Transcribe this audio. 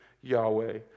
Yahweh